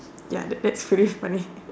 ya that's that's pretty funny